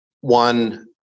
one